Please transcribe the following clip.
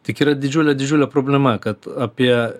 tik yra didžiulė didžiulė problema kad apie